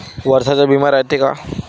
वर्षाचा बिमा रायते का?